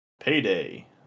Payday